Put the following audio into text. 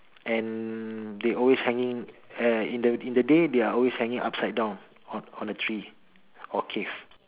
and they always hanging uh in the in the day they are always hanging upside down on a on a tree or a cave